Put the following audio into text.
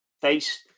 face